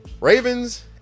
Ravens